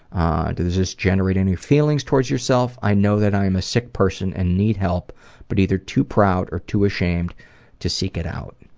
ah and does this generate any feelings toward yourself i know that i am a sick person and need help but either too proud or too ashamed to seek it out.